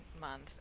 month